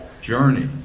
journey